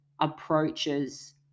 approaches